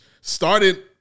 started